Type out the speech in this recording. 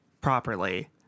Properly